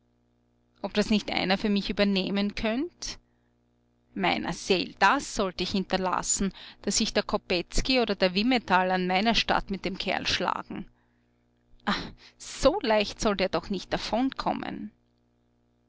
ob das nicht einer für mich übernehmen könnt meiner seel das sollt ich hinterlassen daß sich der kopetzky oder der wymetal an meiner statt mit dem kerl schlagen ah so leicht sollt der doch nicht